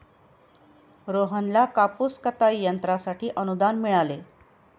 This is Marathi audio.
रोहनला कापूस कताई यंत्रासाठी अनुदान मिळाले